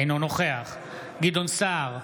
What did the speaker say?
אינו נוכח גדעון סער,